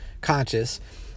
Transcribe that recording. conscious